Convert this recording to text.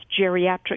geriatric